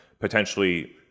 potentially